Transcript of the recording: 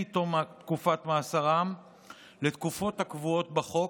תום תקופת מאסרם לתקופות הקבועות בחוק.